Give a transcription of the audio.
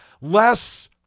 less